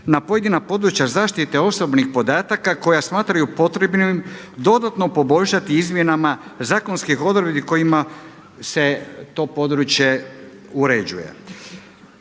na pojedina područja zaštite osobnih podataka koja smatraju potrebnim dodano poboljšati izmjenama zakonskih odredbi kojima se to područje uređuje.